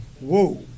Whoa